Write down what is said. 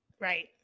Right